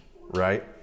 right